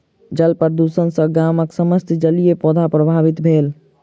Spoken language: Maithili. जल प्रदुषण सॅ गामक समस्त जलीय पौधा प्रभावित भेल